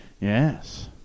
Yes